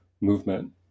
movement